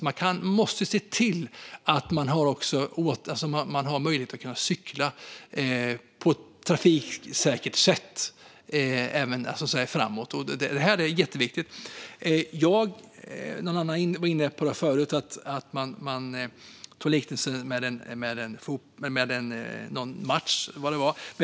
Man måste se till att det finns möjlighet att cykla på ett trafiksäkert sätt framåt, så det här är jätteviktigt. Det var någon som var inne på liknelsen med en match här tidigare.